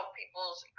people's